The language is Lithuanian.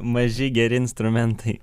maži geri instrumentai